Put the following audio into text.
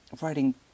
writing